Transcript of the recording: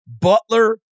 Butler